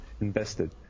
invested